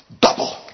Double